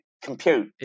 Compute